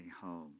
home